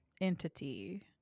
entity